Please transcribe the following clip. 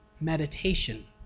meditation